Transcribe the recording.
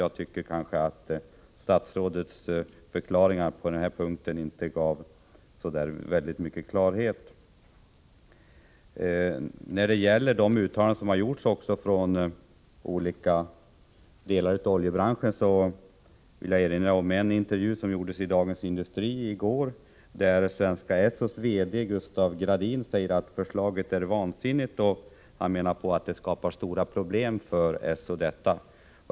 Jag tycker att statsrådets förklaring på denna punkt inte gav särskilt mycket klarhet. När det gäller de uttalanden som gjorts från olika delar av oljebranschen vill jag erinra om en intervju i Dagens Industri i går, där Svenska Essos VD Gustav Gradin säger att förslaget är vansinnigt. Han menar att det skapar stora problem för Esso.